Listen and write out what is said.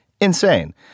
Insane